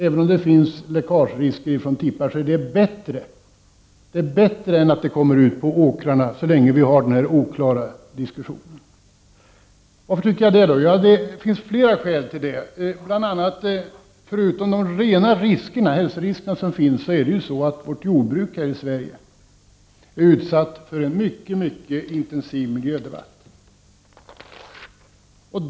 Även om det finns läckagerisk från tippen är det bättre än att det kommer ut på åkrarna så länge vi har denna oklara situation. Varför tycker jag det? Jo, det finns flera skäl till det. Förutom de rena hälsoriskerna är vårt jordbruk också utsatt för en mycket intensiv miljödebatt.